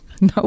no